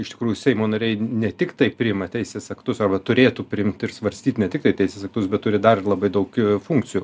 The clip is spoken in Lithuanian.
iš tikrųjų seimo nariai ne tiktai priima teisės aktus arba turėtų priimt ir svarstyt ne tiktai teisės aktus bet turi dar labai daug funkcijų